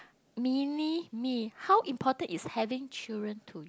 mini me how important is having children to